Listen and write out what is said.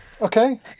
Okay